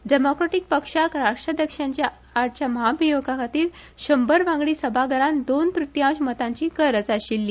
डेमॉक्रेटिक पक्षाक राष्ट्राध्यक्षाच्या आडच्या महाभियोगाखातीर शंभरवांगडी सभाघरात दोन तृतीयांश मतांची गरज आशिल्ली